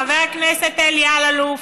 חבר הכנסת אלי אלאלוף,